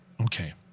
Okay